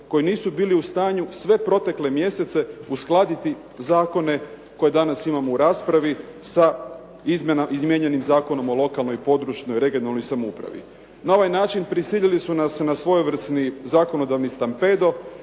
koji nisu bili u stanju sve protekle mjesece uskladiti zakone koje danas imamo u raspravi sa izmijenjenim Zakonom o lokalnoj, područnoj (regionalnoj) samoupravi. Na ovaj način prisilili su nas na svojevrsni zakonodavni stampedo.